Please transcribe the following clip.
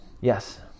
Yes